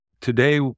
today